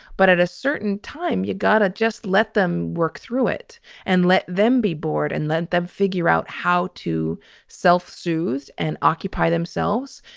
but at a certain time, you gotta just let them work through it and let them be bored and let them figure out how to self-soothe and occupy themselves.